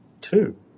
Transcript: two